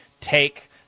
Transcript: take